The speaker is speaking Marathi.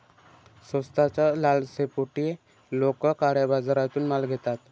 स्वस्ताच्या लालसेपोटी लोक काळ्या बाजारातून माल घेतात